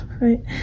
right